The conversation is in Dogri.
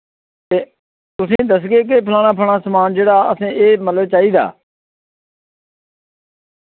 ते तुसें दस्सगे के फलाना फलाना समान जेह्ड़ा असें एह् मतलब चाहिदा